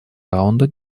раунда